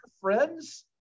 friends